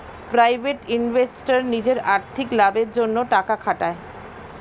private investor নিজের আর্থিক লাভের জন্যে টাকা খাটায়